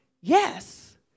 Yes